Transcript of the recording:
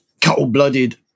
cold-blooded